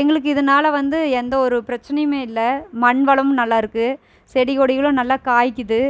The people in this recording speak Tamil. எங்களுக்கு இதனால வந்து எந்த ஒரு பிரச்சனையுமே இல்லை மண் வளமும் நல்லாருக்குது செடி கொடிகளும் நல்லா காய்க்குது